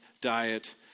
diet